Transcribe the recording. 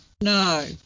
No